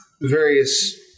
various